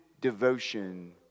devotion